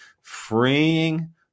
freeing